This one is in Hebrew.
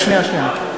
רגע, שנייה, שנייה.